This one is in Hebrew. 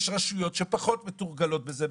יש רשויות שפחות מתורגלות בזה,